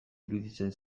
iruditzen